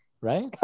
right